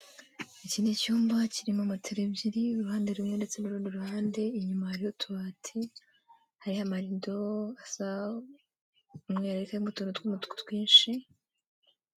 Iki ni icyumba kirimo matelas ebyiri iruhande rumwe ndetse n'urundi ruhande. Inyuma harimo utubati. Hariho amarido asa umweru ariko arimo utuntu tw'umutuku twinshi.